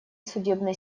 судебной